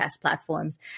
platforms